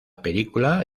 película